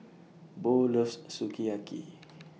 Bo loves Sukiyaki